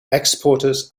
exporters